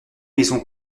maison